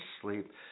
sleep